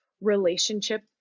relationship